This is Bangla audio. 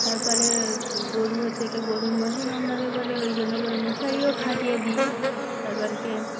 তারপরে গরু হচ্ছে কে গরুর মশা কামড়াবে বলে ওই জন্য করে মশারিও খাটিয়ে দিই তারপর কে